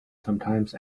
sometimes